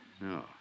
No